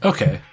Okay